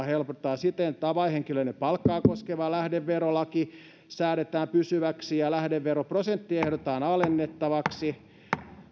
helpotetaan siten että avainhenkilöiden palkkaa koskeva lähdeverolaki säädetään pysyväksi ja lähdeveroprosenttia ehdotetaan alennettavaksi